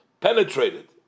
penetrated